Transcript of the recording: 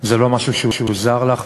זה לא משהו שהוא זר לך,